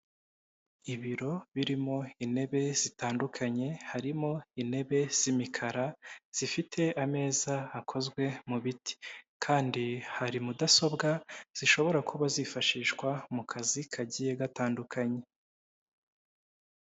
Ibiro birimo intebe zitandukanye, harimo intebe z'imikara zifite ameza akozwe mu biti, kandi hari mudasobwa zishobora kuba zifashishwa mu kazi kagiye gatandukanye.